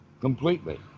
completely